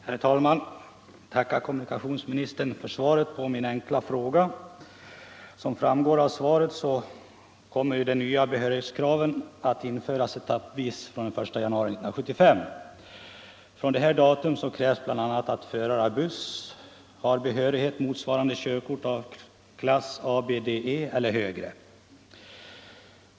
Herr talman! Jag tackar kommunikationsministern för svaret på min enkla fråga. Som framgår av svaret kommer de nya behörighetskraven att införas etappvis med början den 1 januari 1975. Från detta datum krävs bl.a. att förare av buss har behörighet motsvarande körkort av klass AB:DE eller högre.